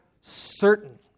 certain